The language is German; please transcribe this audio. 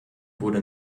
wurde